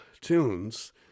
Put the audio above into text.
tunes